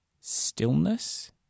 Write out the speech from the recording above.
Stillness